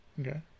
Okay